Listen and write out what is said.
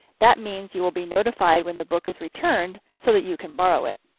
that means you will be notified when the book is returned so that you can borrow it.